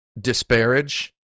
disparage